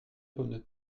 pommes